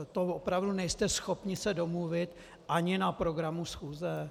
To opravdu nejste schopni se domluvit ani na programu schůze?